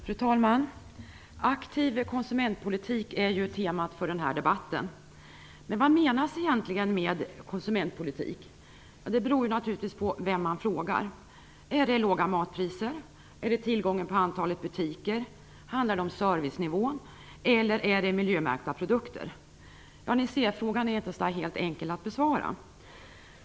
Fru talman! Aktiv konsumentpolitik är ju temat för den här debatten. Men vad menas egentligen med konsumentpolitik? Det beror naturligtvis på vem man frågar. Är det låga matpriser? Är det tillgången på butiker? Handlar det om servicenivån? Eller är det miljömärkta produkter? Ja, ni ser att frågan inte är helt enkel att besvara.